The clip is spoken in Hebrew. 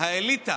שהם האליטה.